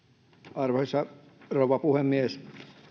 arvoisa rouva puhemies